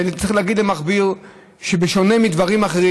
צריך להגיד שבשונה מדברים אחרים,